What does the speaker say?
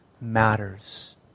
matters